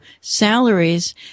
salaries